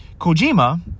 Kojima